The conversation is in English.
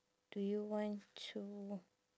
do you want to